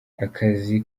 akazi